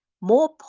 more